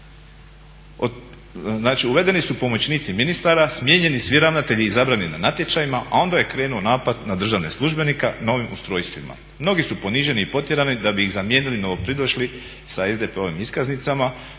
uvedeni su pomoćnici ministara, smijenjeni svi ravnatelji izabrani na natječajima a onda je krenuo napad na državne službenike novim ustrojstvima. Mnogi su poniženi i potjerani da bi ih zamijenili novo pridošli sa SDP-ovim iskaznicama.